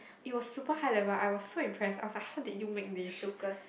it was super high level I was so impress ask her how did you make this